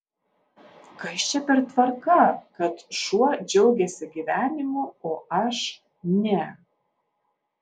kas čia per tvarka kad šuo džiaugiasi gyvenimu o aš ne